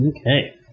Okay